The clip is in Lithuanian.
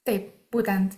taip būtent